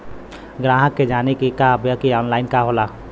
ग्राहक के जाने के बा की ऑनलाइन का होला?